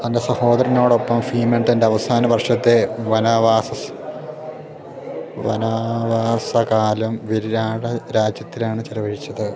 തൻ്റെ സഹോദരനോടൊപ്പം ഭീമൻ തൻ്റെ അവസാന വർഷത്തെ വനവാസം വനവാസകാലം വിരാട് രാജ്യത്തിലാണ് ചിലവഴിച്ചത്